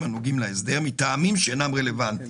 הנוגעים להסדר מטעמים שאינם רלוונטיים